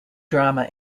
drama